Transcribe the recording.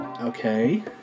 Okay